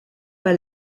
pas